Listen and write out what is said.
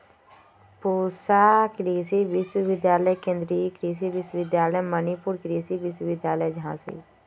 पूसा कृषि विश्वविद्यालय, केन्द्रीय कृषि विश्वविद्यालय मणिपुर, कृषि विश्वविद्यालय झांसी